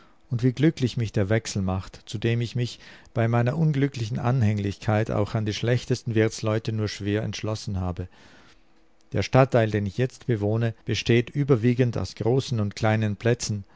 und wie glücklich mich der wechsel macht zu dem ich mich bei meiner unglücklichen anhänglichkeit auch an die schlechtesten wirtsleute nur schwer entschlossen habe der stadtteil den ich jetzt bewohne besteht überwiegend aus großen und kleinen plätzen